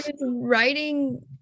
writing